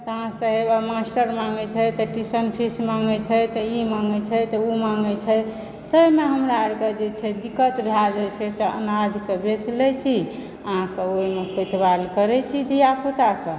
पाँच सए मास्टर माँगय छै तऽ ट्यूशन फीस माँगय छै तऽ इ माँगय छै तऽ ओ माँगय छै ताहिमे हमरा आरके जे छै दिक्कत भए जाए छै तऽअनाजके बेच लए छी आ अहाँकेँ ओहिमे करए छी धिया पूताके